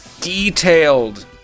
detailed